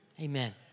Amen